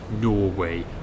Norway